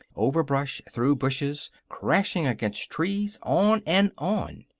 over brush, through bushes, crashing against trees, on and on.